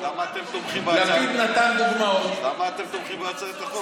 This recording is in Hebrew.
אז למה אתם תומכים בהצעת החוק?